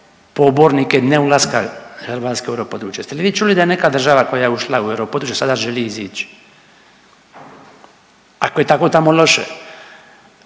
pobornike neulaska Hrvatska u europodručje, jeste li vi čuli da je neka država koja je ušla u europodručje sada želi izići? Ako je tamo tako loše